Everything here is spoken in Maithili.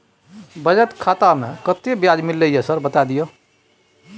बचत खाता में कत्ते ब्याज मिलले ये सर बता दियो?